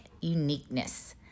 uniqueness